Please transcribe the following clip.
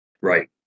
Right